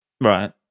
Right